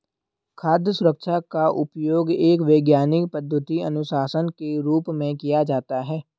खाद्य सुरक्षा का उपयोग एक वैज्ञानिक पद्धति अनुशासन के रूप में किया जाता है